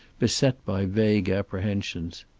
beset by vague apprehensions.